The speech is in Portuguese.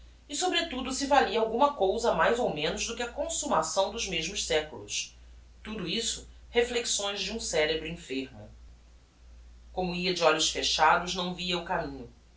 e sobretudo se valia alguma cousa mais ou menos do que a consummação dos mesmos seculos tudo isto reflexões de um cerebro enfermo como ia de olhos fechados não via o caminho